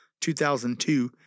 2002